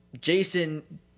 Jason